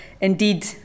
indeed